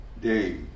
day